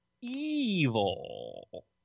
evil